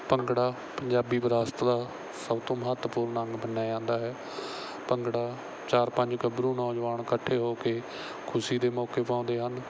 ਭੰਗੜਾ ਪੰਜਾਬੀ ਵਿਰਾਸਤ ਦਾ ਸਭ ਤੋਂ ਮਹੱਤਵਪੂਰਨ ਅੰਗ ਮੰਨਿਆ ਜਾਂਦਾ ਹੈ ਭੰਗੜਾ ਚਾਰ ਪੰਜ ਗੱਭਰੂ ਨੌਜਵਾਨ ਇਕੱਠੇ ਹੋ ਕੇ ਖੁਸ਼ੀ ਦੇ ਮੌਕੇ ਪਾਉਂਦੇ ਹਨ